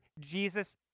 Jesus